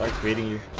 twenty